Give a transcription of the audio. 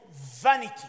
vanity